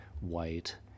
white